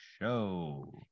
show